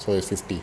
so it's fifty